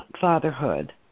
fatherhood